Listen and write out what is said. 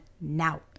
now